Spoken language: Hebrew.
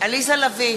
עליזה לביא,